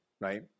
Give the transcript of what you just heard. right